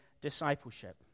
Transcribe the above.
discipleship